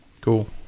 Cool